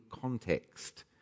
context